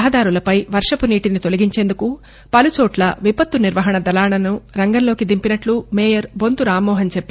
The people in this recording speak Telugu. రహదారులపై వర్షపునీటిని తాలగించేందుకు పలుచోట్ల విపత్తు నిర్వహణ దళాలను రంగంలోకి దింపినట్లు మేయర్ బొంతు రామ్మోహన్ చెప్పారు